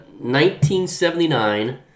1979